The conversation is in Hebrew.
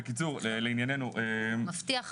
מפתיע,